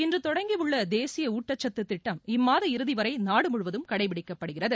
இன்று தொடங்கியுள்ள தேசிய ஊட்டக்கத்து திட்டம்இம்மாத இறுதி வரை நாடு முழுவதும் கடைபிடிக்கப்படுகிறது